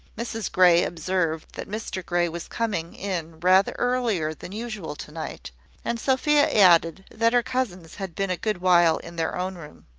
mrs grey observed that mr grey was coming in rather earlier than usual to-night and sophia added, that her cousins had been a good while in their own room.